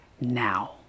now